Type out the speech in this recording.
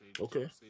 Okay